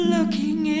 Looking